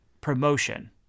promotion